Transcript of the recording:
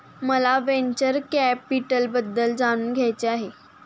मला व्हेंचर कॅपिटलबद्दल जाणून घ्यायचे आहे